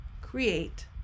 create